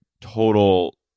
total